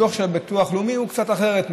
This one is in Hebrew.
הדוח של הביטוח הלאומי הוא קצת אחרת,